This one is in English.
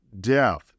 death